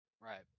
Right